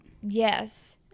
Yes